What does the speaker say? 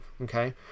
okay